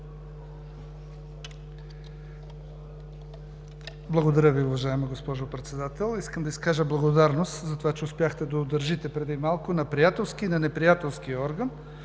Благодаря Ви, уважаема госпожо Председател. Искам да изкажа благодарност, че преди малко успяхте да удържите на приятелския и на неприятелския огън,